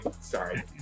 sorry